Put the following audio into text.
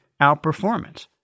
outperformance